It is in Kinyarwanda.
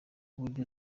uburyo